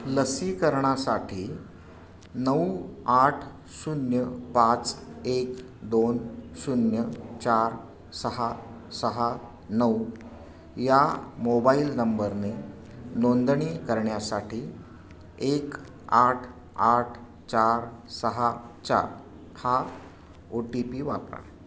लसीकरणासाठी नऊ आठ शून्य पाच एक दोन शून्य चार सहा सहा नऊ या मोबाईल नंबरने नोंदणी करण्यासाठी एक आठ आठ चार सहा चार हा ओ टी पी वापरा